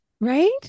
Right